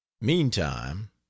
Meantime